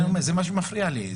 כן, זה מה שמפריע לי.